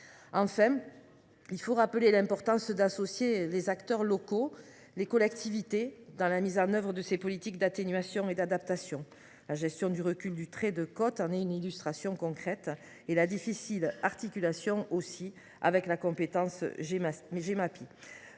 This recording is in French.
Enfin, il faut rappeler la nécessité d’associer les acteurs locaux et les collectivités à la mise en œuvre de ces politiques d’atténuation et d’adaptation. La gestion du recul du trait de côte en est une illustration concrète, ainsi que la difficile articulation de ces politiques avec la compétence Gemapi